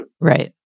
Right